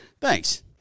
Thanks